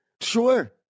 Sure